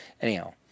Anyhow